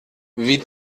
wie